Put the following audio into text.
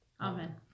amen